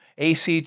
ACT